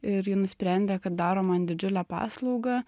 ir ji nusprendė kad daro man didžiulę paslaugą